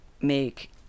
make